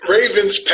Ravens